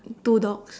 two dogs